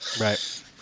right